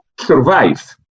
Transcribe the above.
survive